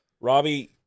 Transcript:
Robbie